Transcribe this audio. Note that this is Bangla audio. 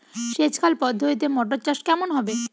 সেচ খাল পদ্ধতিতে মটর চাষ কেমন হবে?